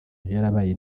yarabaye